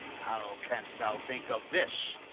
how canst thou think of this,